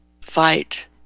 fight